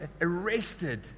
arrested